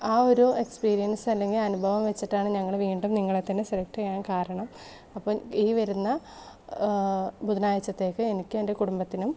ആ ഒരു എക്സ്പീരിയൻസ് അല്ലെങ്കിൽ അനുഭവം വച്ചിട്ടാണ് ഞങ്ങൾ വീണ്ടും നിങ്ങളെ തന്നെ സെലക്ട് ചെയ്യാൻ കാരണം അപ്പം ഈ വരുന്ന ബുധനാഴ്ചത്തേക്ക് എനിക്കും എൻ്റെ കുടുംബത്തിനും